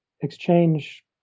exchange